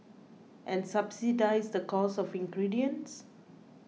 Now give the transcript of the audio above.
and subsidise the cost of ingredients